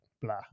blah